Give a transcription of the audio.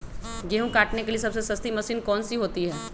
गेंहू काटने के लिए सबसे सस्ती मशीन कौन सी होती है?